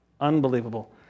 Unbelievable